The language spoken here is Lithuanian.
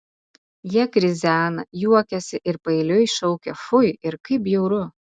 jie krizena juokiasi ir paeiliui šaukia fui ir kaip bjauru